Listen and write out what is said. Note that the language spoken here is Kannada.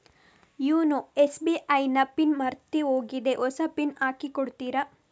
ಯೂನೊ ಎಸ್.ಬಿ.ಐ ನ ಪಿನ್ ಮರ್ತೋಗಿದೆ ಹೊಸ ಪಿನ್ ಹಾಕಿ ಕೊಡ್ತೀರಾ?